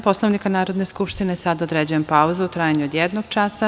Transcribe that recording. Poslovnika Narodne skupštine, sada određujem pauzu u trajanju od jednog časa.